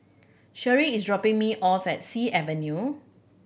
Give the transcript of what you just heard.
Sherie is dropping me off at Sea Avenue